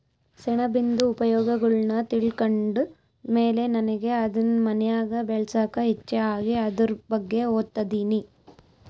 ಸೆಣಬಿಂದು ಉಪಯೋಗಗುಳ್ನ ತಿಳ್ಕಂಡ್ ಮೇಲೆ ನನಿಗೆ ಅದುನ್ ಮನ್ಯಾಗ್ ಬೆಳ್ಸಾಕ ಇಚ್ಚೆ ಆಗಿ ಅದುರ್ ಬಗ್ಗೆ ಓದ್ತದಿನಿ